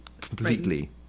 completely